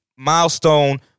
milestone